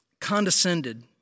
condescended